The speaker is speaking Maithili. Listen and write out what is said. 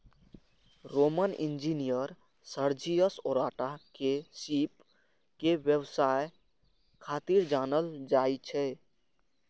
रोमन इंजीनियर सर्जियस ओराटा के सीप के व्यवसाय खातिर जानल जाइ छै